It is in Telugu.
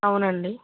అవునండి